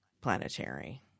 planetary